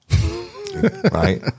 right